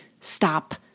stop